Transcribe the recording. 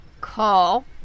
Call